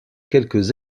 quelques